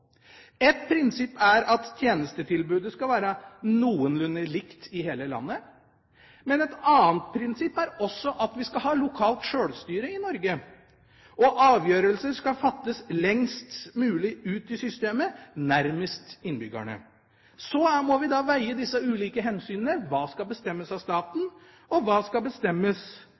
prinsipp er at tjenestetilbudet skal være noenlunde likt i hele landet, et annet prinsipp er at vi skal ha lokalt sjølstyre i Norge. Avgjørelser skal fattes lengst mulig ut i systemet, nærmest innbyggerne. Så må vi veie disse ulike hensynene: Hva skal bestemmes av staten, og hva skal bestemmes